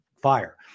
Fire